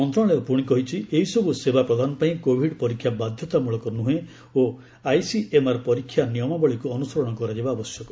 ମନ୍ତ୍ରଣାଳୟ ପୁଣି କହିଛନ୍ତି ଏହିସବୁ ସେବା ପ୍ରଦାନ ପାଇଁ କୋଭିଡ୍ ପରୀକ୍ଷା ବାଧ୍ୟତାମୂଳକ ନୁହେଁ ଓ ଆଇସିଏମ୍ଆର୍ ପରୀକ୍ଷା ନିୟମାବଳୀକୁ ଅନୁସରଣ କରାଯିବା ଆବଶ୍ୟକ